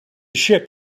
ship